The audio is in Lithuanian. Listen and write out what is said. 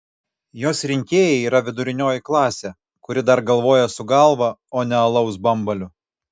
jos rinkėjai yra vidurinioji klasė kuri dar galvoja su galva o ne alaus bambaliu